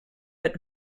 but